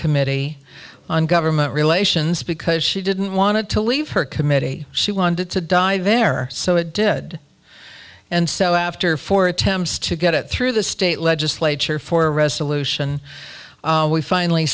committee on government relations because she didn't want to leave her committee she wanted to die there so it did and so after four attempts to get it through the state legislature for a resolution we finally